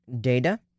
data